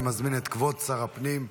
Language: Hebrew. אני מזמין את כבוד שר הפנים,